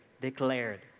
declared